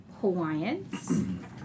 Hawaiians